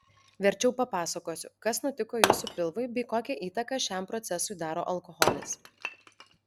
verčiau papasakosiu kas nutiko jūsų pilvui bei kokią įtaką šiam procesui daro alkoholis